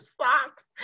socks